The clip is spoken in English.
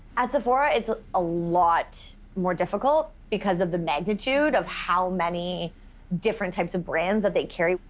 at sephora, it's a lot more difficult because of the magnitude of how many different types of brands that they carry.